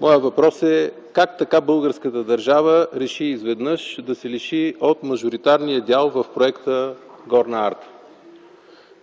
Моят въпрос е: как така българската държава реши изведнъж да се лиши от мажоритарния дял в проекта „Горна Арда”?